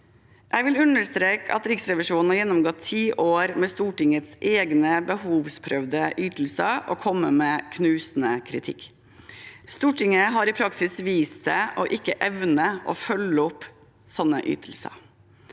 Jeg vil understreke at Riksrevisjonen har gjennomgått ti år med Stortingets egne behovsprøvde ytelser og kommet med knusende kritikk. Stortinget har i praksis vist seg å ikke evne å følge opp sånne ytelser